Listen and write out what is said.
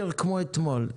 הסקר כמו אתמול,